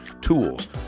tools